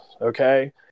okay